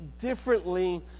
differently